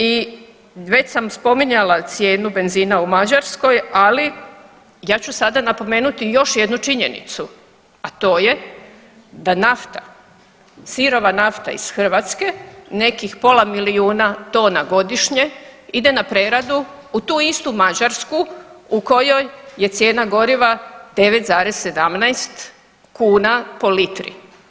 I već sam spominjala cijenu benzina u Mađarskoj, ali ja ću sada napomenuti i još jednu činjenicu a to je da nafta, sirova nafta iz Hrvatske nekih pola milijuna tona godišnje ide na preradu u tu istu Mađarsku u kojoj je cijena goriva 9,17 kuna po litri.